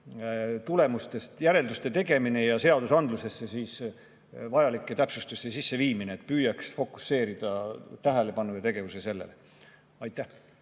tulemustest järelduste tegemisega ja seadusandlusesse vajalike täpsustuste sisseviimisega. Püüaks fokusseerida tähelepanu ja tegevuse sellele. Aitäh